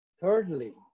Thirdly